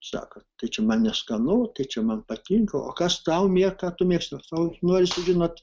sako tai čia man neskanu tai čia man patinka o kas tau mieka ką tu mėgsti sau nori sužinot